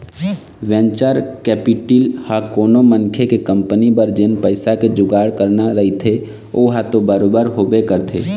venture capital ह कोनो मनखे के कंपनी बर जेन पइसा के जुगाड़ कराना रहिथे ओहा तो बरोबर होबे करथे